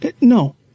No